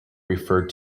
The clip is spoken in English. referred